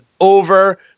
over